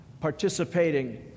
participating